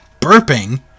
burping